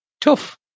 tough